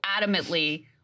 adamantly